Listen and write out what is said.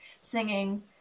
singing